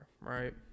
right